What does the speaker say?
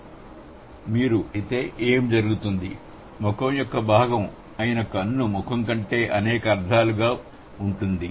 మీరు కన్ను ముఖంతో పోల్చినట్లయితే ఏమి జరుగుతుంది ముఖం యొక్క భాగం అయిన కన్ను ముఖం కంటే అనేక అర్థాలు పాలిసెమస్ గా ఉంటుంది